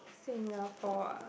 Singapore ah